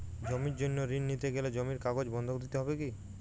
জমির জন্য ঋন নিতে গেলে জমির কাগজ বন্ধক দিতে হবে কি?